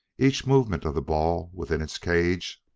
each movement of the ball within its cage,